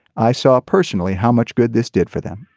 i saw personally how much good this did for them.